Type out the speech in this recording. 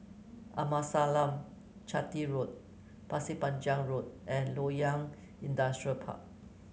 Amasalam Chetty Road Pasir Panjang Road and Loyang Industrial Park